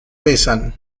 besan